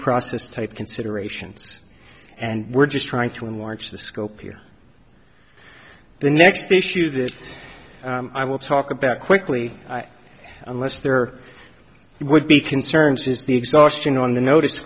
process type considerations and we're just trying to enlarge the scope here the next issue that i will talk about quickly unless there would be concerns is the exhaustion on the notice